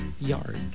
yard